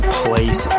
place